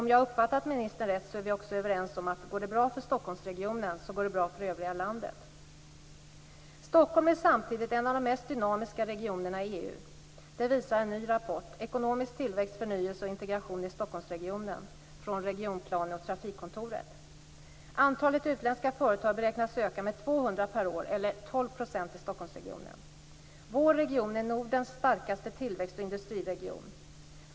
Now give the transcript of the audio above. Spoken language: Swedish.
Om jag uppfattat ministern rätt är vi också överens om att går det bra för Stockholmsregionen går det bra för övriga landet. Stockholm är samtidigt en av de mest dynamiska regionerna i EU. Det visar en ny rapport Ekonomisk tillväxt, förnyelse och integration i Stockholmsregionen från Regionplan och trafikkontoret. per år, eller 12 %, i Stockholmsregionen. Vår region är Nordens starkaste tillväxt och industriregion.